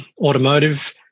automotive